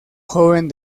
joven